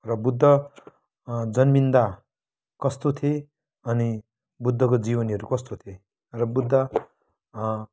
र बुद्ध जन्मिन्दा कस्तो थिए अनि बुद्धको जीवनीहरू कस्तो थिए र बुद्ध